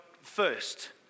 first